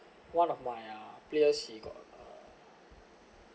one of my uh players he got uh